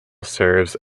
serves